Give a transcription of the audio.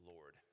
Lord